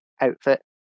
outfit